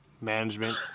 management